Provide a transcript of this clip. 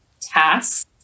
tasks